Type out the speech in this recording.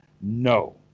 No